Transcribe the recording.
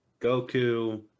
Goku